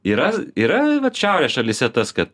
yra yra vat šiaurės šalyse tas kad